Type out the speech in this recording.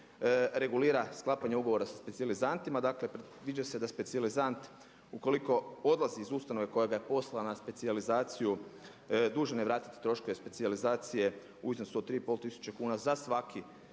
regulira sklapanje ugovora sa specijalizantima, dakle predviđa se da specijalizant ukoliko odlazi iz ustanove koja ga je poslala na specijalizaciju dužan je vratiti troškove specijalizacije u iznosu od 3,5 tisuće kuna za svaki